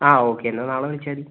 ആ ഓക്കെ എന്നാൽ നാളെ വിളിച്ചാൽ മതി